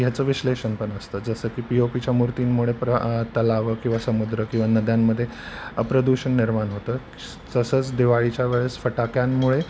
याचं विश्लेषणपण असतं जसं की पि योपीच्या मूर्तींमुळे प्र तलावं किंवा समुद्र किंवा नद्यांमध्ये प्रदूषण निर्माण होतं तसंच दिवाळीच्या वेळेस फटाक्यांमुळे